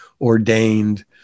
ordained